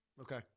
Okay